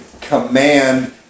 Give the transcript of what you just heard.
command